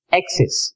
axis